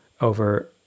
over